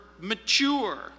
mature